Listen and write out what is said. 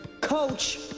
Coach